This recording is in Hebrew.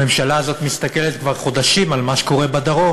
הממשלה הזאת מסתכלת כבר חודשים על מה שקורה בדרום,